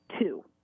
two